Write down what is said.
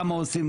כמה עושים,